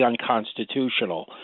unconstitutional